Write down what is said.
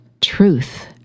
Truth